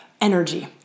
energy